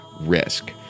RISK